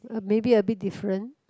uh maybe a bit different